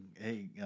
hey